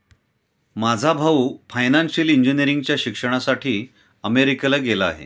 माझा भाऊ फायनान्शियल इंजिनिअरिंगच्या शिक्षणासाठी अमेरिकेला गेला आहे